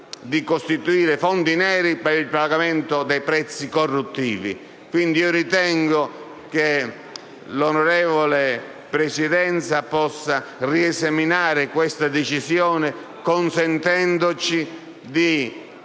di costituire fondi neri per il pagamento dei prezzi corruttivi. Quindi, ritengo che l'onorevole Presidenza possa riesaminare tale decisione consentendoci di